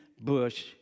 Bush